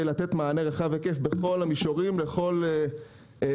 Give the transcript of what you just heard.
לתת מענה רחב היקף בכל המישורים לכל תחום,